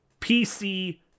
PC